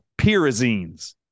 pyrazines